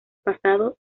pasado